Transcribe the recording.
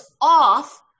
off